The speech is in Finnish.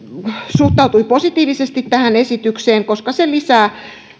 suhtautui positiivisesti esitykseen koska se